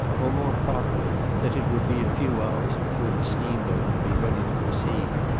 or more properly, that it would be a few hours before the steam-boat would be ready to proceed,